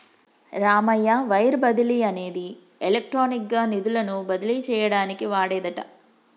Ramayya wire బదిలీ అనేది electronic గా నిధులను బదిలీ చేయటానికి వాడేదట